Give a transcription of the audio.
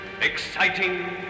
exciting